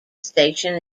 station